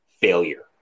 failure